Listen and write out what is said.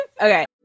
okay